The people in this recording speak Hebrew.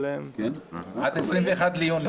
עד ה-21 ביוני.